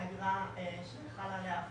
אגרה שחלה עליה הפחתה,